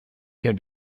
can